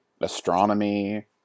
astronomy